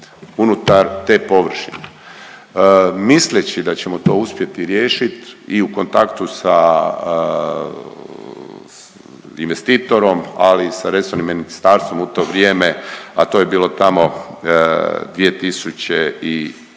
unutar te površine. Misleći da ćemo to uspjeti riješiti i u kontaktu sa investitorom, ali i sa resornim ministarstvom u to vrijeme, a to je bilo tamo 2004.,